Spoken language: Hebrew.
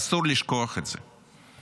אסור לשכוח את זה.